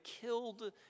killed